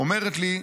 אומרת לי: